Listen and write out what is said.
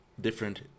different